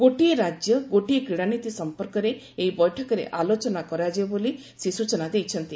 ଗୋଟିଏ ରାଜ୍ୟ ଗୋଟିଏ କ୍ରୀଡ଼ାନୀତି ସମ୍ପର୍କରେ ଏହି ବୈଠକରେ ଆଲୋଚନା କରାଯିବ ବୋଲି ଶ୍ରୀ ରିଜିକୁ ସୂଚନା ଦେଇଛନ୍ତି